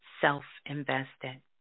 self-invested